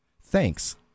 Thanks